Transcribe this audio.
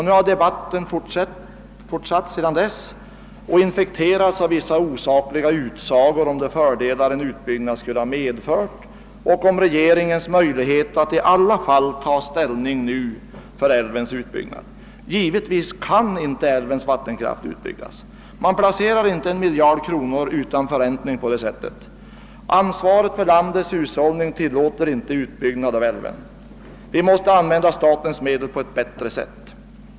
Nu har debatten fortsatt och infekterats av vissa osakliga utsagor om de fördelar en utbyggnad skulle ha medfört och om regeringens möjlighet att i alla fall nu ta ställning för älvens utbyggnad. Givetvis kan icke älvens vattenkraft utbyggas. Man placerar inte 1 miljard kronor utan förräntning på det sättet. Ansvaret för landets hushållning tillåter inte utbyggnad av älven. Vi måste använda statens medel på ett bättre sätt.